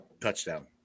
touchdown